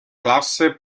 classe